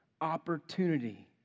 opportunity